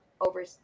over